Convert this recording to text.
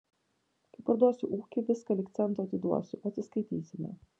kai parduosiu ūkį viską lyg cento atiduosiu atsiskaitysime